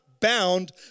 Bound